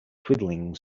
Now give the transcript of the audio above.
twiddling